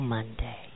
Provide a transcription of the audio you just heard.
Monday